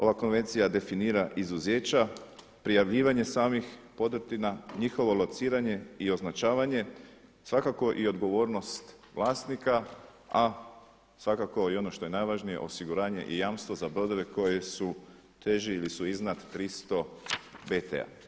Ova konvencija definira izuzeća, prijavljivanje samih podrtina, njihovo lociranje i označavanje svakako i odgovornost vlasnika, a svakako i ono što je najvažnije osiguranje i jamstvo za brodove koji su teži ili su iznad 300 bt.